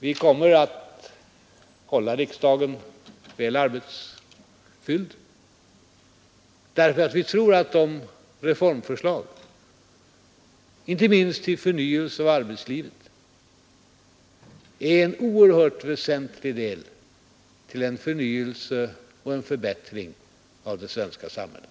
Vi kommer att hålla riksdagen väl arbetsfylld därför att vi tror att de reformförslag som vi lägger fram, inte minst till förnyelse av arbetslivet, är en oerhört väsentlig del i en förnyelse och en förbättring av det svenska samhället.